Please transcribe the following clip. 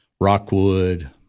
Rockwood